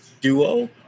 duo